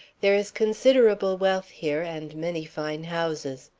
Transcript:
there is considerable wealth here and many fine houses.